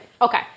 okay